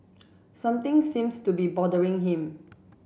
something seems to be bothering him